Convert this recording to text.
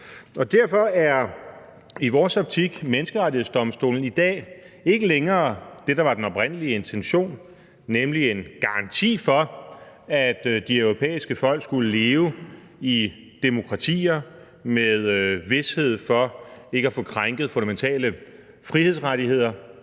Derfor er Menneskerettighedsdomstolen i dag i vores optik ikke længere det, der var den oprindelige intention med den, nemlig en garanti for, at de europæiske folk skulle leve i demokratier med vished for ikke at få krænket fundamentale frihedsrettigheder,